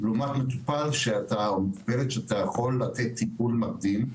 לעומת מטופל שאתה יכול לתת לו טיפול מקדים,